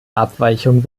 abweichung